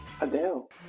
Adele